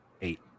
Eight